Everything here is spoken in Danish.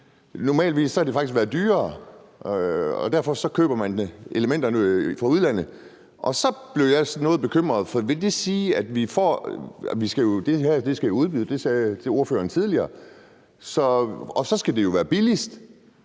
normalvis faktisk har været dyrere, og derfor køber man elementerne fra udlandet, og så blev jeg noget bekymret. Det her skal i udbud; det sagde ordføreren tidligere, og så skal det jo være billigst.